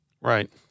Right